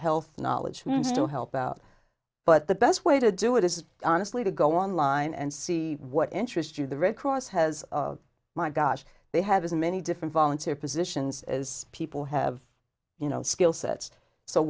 health knowledge to help out but the best way to do it is honestly to go online and see what interest you the red cross has my gosh they have as many different volunteer positions as people have you know skill sets so